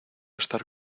estar